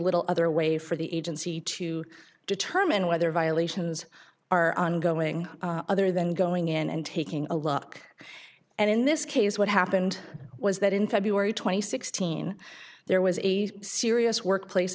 little other way for the agency to determine whether violations are ongoing other than going in and taking a look at in this case what happened was that in february twenty sixth seen there was a serious workplace